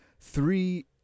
three